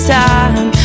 time